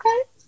okay